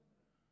כבוד